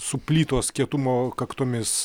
su plytos kietumo kaktomis